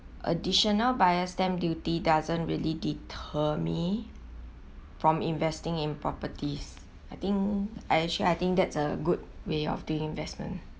additional buyer's stamp duty doesn't really deter me from investing in properties I think actually I think that's a good way of doing investment